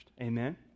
Amen